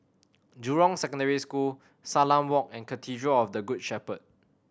Jurong Secondary School Salam Walk and Cathedral of the Good Shepherd